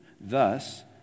thus